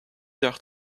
heures